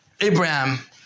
Abraham